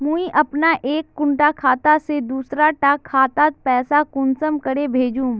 मुई अपना एक कुंडा खाता से दूसरा डा खातात पैसा कुंसम करे भेजुम?